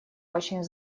очень